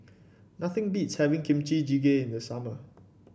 nothing beats having Kimchi Jjigae in the summer